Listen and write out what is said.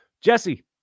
Jesse